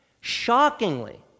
Shockingly